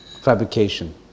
fabrication